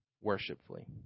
worshipfully